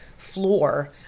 floor